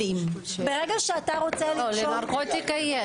לא, לנרקוטיה יש.